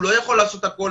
הוא לא יכול לעשות הכול.